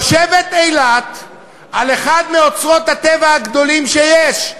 יושבת אילת על אחד מאוצרות הטבע הגדולים שיש,